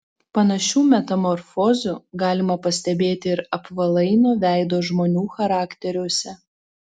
panašių metamorfozių galima pastebėti ir apvalaino veido žmonių charakteriuose